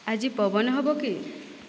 ଆଜି ପବନ ହବ କି